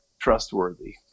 trustworthy